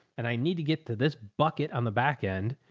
and i need to get to this bucket on the backend,